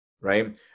Right